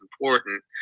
important